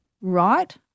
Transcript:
right